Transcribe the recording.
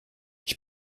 ich